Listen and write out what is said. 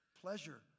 pleasure